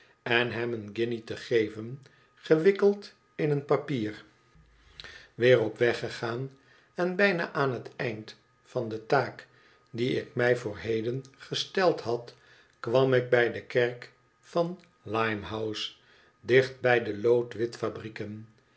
en hem een guinje te geven gewikkeld in een papier weer op weg gegaan en bijna aan het eind van de taak die ik mij voor heden gestold had kwam ik bij de kerk van limehouse dicht bij de loodwitfabrieken